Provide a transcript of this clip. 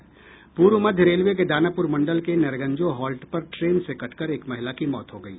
पूर्व मध्य रेलवे के दानापुर मंडल के नरगंजो हॉल्ट पर ट्रेन से कटकर एक महिला की मौत हो गयी